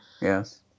Yes